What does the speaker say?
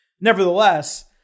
Nevertheless